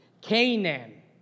Canaan